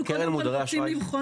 קודם כל רוצים לבחון,